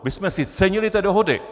My jsme si cenili té dohody.